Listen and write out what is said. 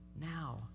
now